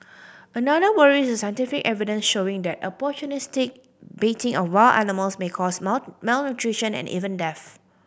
another worry is the scientific evidence showing that opportunistic baiting of wild animals may cause not malnutrition and even death